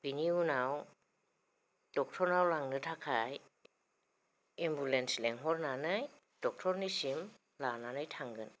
बिनि उनाव ड'क्टरनाव लांनो थाखाय एम्बुलेन्स लिंहरनानै ड'क्टरनिसिम लानानै थांगोन